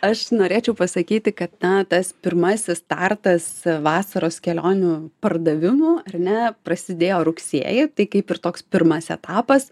aš norėčiau pasakyti kad na tas pirmasis startas vasaros kelionių pardavimų ar ne prasidėjo rugsėjį tai kaip ir toks pirmas etapas